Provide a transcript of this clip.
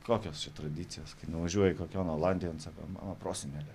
kokios čia tradicijos kai nuvažiuoji kokion olandijon sako mano prosenelė